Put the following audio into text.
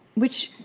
which,